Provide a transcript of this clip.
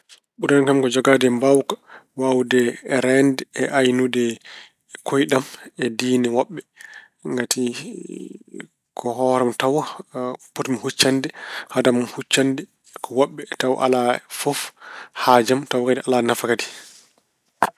Ɓurani kam ko jogaade mbaawka waawde reende e aynude kooyɗi am e diine woɓɓe. Ngati ko hoore am tawa potmi huccande hade am hoccude woɓɓe tawa alaa fof haaju am. Tawa kadi alaa nafa kadi.